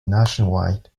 nationwide